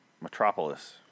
metropolis